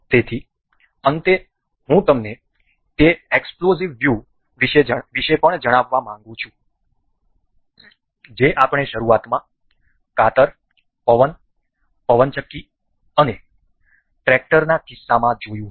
તેથી અંતે હું તમને તે એક્સપ્લોઝિવ વ્યૂ વિશે પણ જણાવવા માંગું છું જે આપણે શરૂઆતમાં કાતર પવન પવનચક્કી અને ટ્રેક્ટરના કિસ્સામાં જોયું હતું